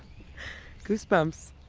goosebumps.